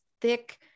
thick